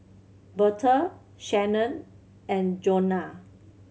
Berta Shannen and Johnna